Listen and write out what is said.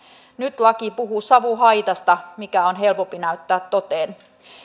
nyt laki puhuu savuhaitasta mikä on helpompi näyttää toteen